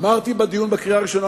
אמרתי בדיון בקריאה הראשונה,